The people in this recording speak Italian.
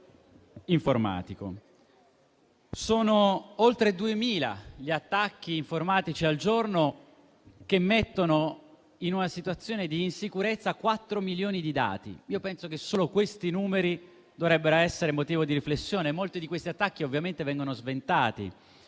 Sono oltre 2.000 gli attacchi informatici al giorno, che mettono in una situazione di insicurezza quattro milioni di dati. Io penso che solo questi numeri dovrebbero essere motivo di riflessione. Molti di questi attacchi ovviamente vengono sventati,